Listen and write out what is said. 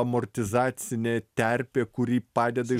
amortizacinė terpė kuri padeda